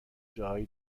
جاهای